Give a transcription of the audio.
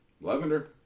Lavender